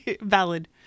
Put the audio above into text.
valid